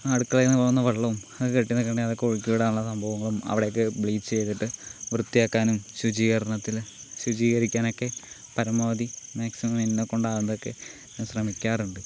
അടുക്കളയിൽനിന്ന് പോകുന്ന വെള്ളവും അത് കെട്ടിനിൽക്കുന്നുണ്ടെങ്കിൽ അതൊക്കെ ഒഴുക്കി വിടാനുള്ള സംഭവങ്ങളും അവിടെയൊക്കെ ബ്ലീച്ച് ചെയ്തിട്ട് വൃത്തിയാക്കാനും ശുചീകരണത്തില് ശുചീകരിക്കാനൊക്കെ പരമാവധി മാക്സിമം എന്നെ കൊണ്ടാവുന്നതൊക്കെ ഞാൻ ശ്രമിക്കാറുണ്ട്